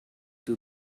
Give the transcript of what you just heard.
two